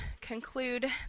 conclude